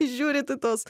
žiūrit į tuos